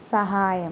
സഹായം